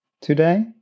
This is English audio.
today